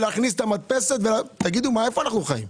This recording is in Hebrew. מה, איפה אנחנו חיים?